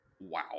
wow